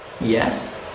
Yes